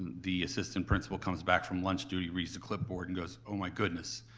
the assistant principal comes back from lunch duty, reads clipboard and goes, oh my goodness!